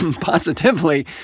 positively